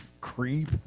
creep